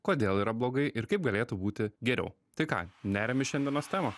kodėl yra blogai ir kaip galėtų būti geriau tai ką neriam į šiandienos temą